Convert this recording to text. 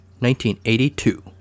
1982